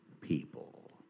people